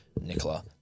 Nicola